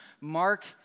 Mark